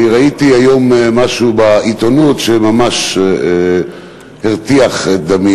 אני ראיתי היום בעיתונות משהו שממש הרתיח את דמי,